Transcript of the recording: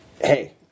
hey